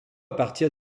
partir